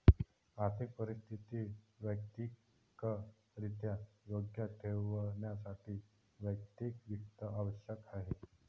आर्थिक परिस्थिती वैयक्तिकरित्या योग्य ठेवण्यासाठी वैयक्तिक वित्त आवश्यक आहे